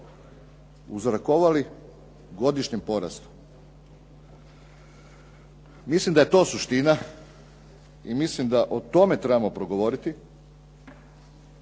uzrokovali godišnjem porastu? Mislim da je to suština i mislim da o tome trebamo progovoriti